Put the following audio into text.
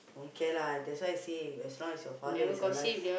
don't care lah that's why I say as long as your father is alive